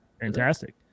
Fantastic